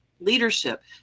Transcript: leadership